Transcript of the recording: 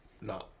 no